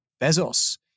Bezos